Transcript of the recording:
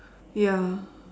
ya